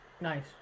Nice